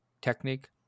technique